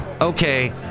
Okay